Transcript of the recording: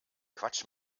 quatsch